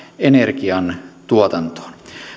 energian tuotantoon